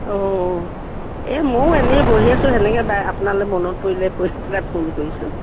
অঁ এই ময়ো এনেই বহি আছোঁ সেনেকে আপোনালে মনত পৰিলে পৰি পেলাই ফোন কৰিছোঁ